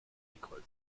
nicole